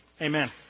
Amen